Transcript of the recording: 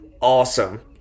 awesome